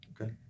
Okay